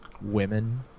women